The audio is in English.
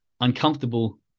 uncomfortable